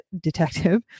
detective